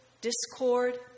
discord